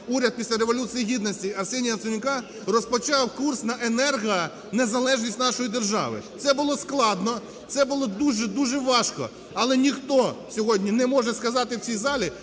уряд після Революції Гідності Арсенія Яценюка розпочав курс на енергонезалежність нашої держави. Це було складно, це було дуже-дуже важко, але ніхто сьогодні не може сказати у цій залі,